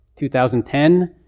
2010